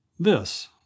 This